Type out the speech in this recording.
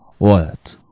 what,